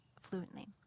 fluently